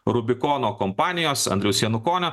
rubikono kompanijos andriaus janukonio